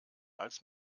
als